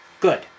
Good